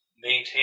maintain